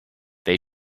they